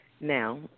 Now